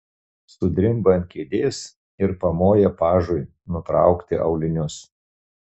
sudrimba ant kėdės ir pamoja pažui nutraukti aulinius